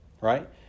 Right